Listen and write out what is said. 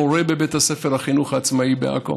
מורה בבית הספר החינוך העצמאי בעכו,